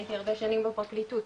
הייתי הרבה שנים בפרקליטות,